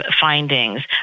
findings